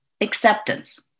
acceptance